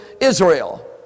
Israel